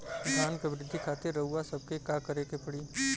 धान क वृद्धि खातिर रउआ सबके का करे के पड़ी?